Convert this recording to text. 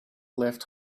left